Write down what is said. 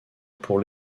pour